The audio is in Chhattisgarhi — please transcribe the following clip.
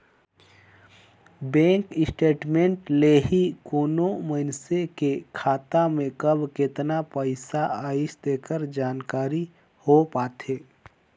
बेंक स्टेटमेंट ले ही कोनो मइसने के खाता में कब केतना पइसा आइस तेकर जानकारी हो पाथे